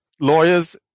lawyers